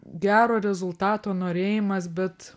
gero rezultato norėjimas bet